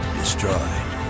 destroyed